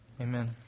Amen